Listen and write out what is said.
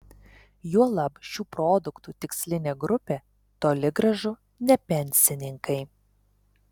juolab šių produktų tikslinė grupė toli gražu ne pensininkai